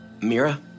Mira